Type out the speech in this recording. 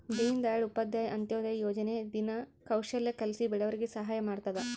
ದೀನ್ ದಯಾಳ್ ಉಪಾಧ್ಯಾಯ ಅಂತ್ಯೋದಯ ಯೋಜನೆ ದಿನ ಕೌಶಲ್ಯ ಕಲ್ಸಿ ಬಡವರಿಗೆ ಸಹಾಯ ಮಾಡ್ತದ